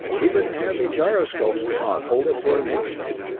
even the heavy gyroscopes could not hold it for an instant,